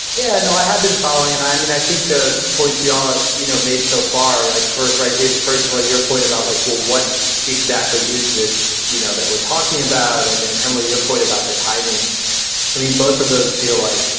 yeah, no, i have been following and i mean, i think the points you all have ah you know made so far like first, right. david, first of all, your point about like, well, what exactly is this, you know, that we're talking about? and then, emily, your point about the timing i mean, both of those feel like,